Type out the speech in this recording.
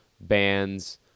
bands